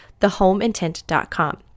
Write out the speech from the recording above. thehomeintent.com